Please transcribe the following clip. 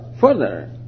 further